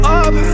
up